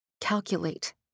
calculate